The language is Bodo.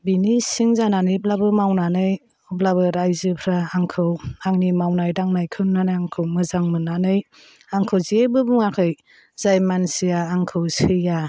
बिनि सिं जानानैब्लाबो मावनानै अब्लाबो रायजोफ्रा आंखौ आंनि मावनाय दांनायखौ नुनानै आंखौ मोजां मोन्नानै आंखौ जेबो बुङाखै जाय मानसिया आंखौ सैया